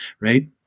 right